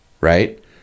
right